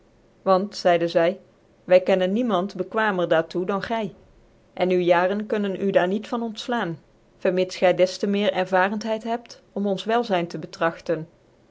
want zcidc zy wy kennen niemand bequaamer daar toe dati gy cn uw jaren kunnen u daar niet van een neger zj van ontfhan vermits gy des te meer ervarenthcid hebt om ons wclzyn te betragtet